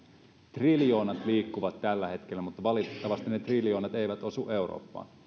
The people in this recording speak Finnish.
triljoonat liikkuvat tällä hetkellä mutta valitettavasti ne triljoonat eivät osu eurooppaan